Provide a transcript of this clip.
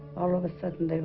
all of a sudden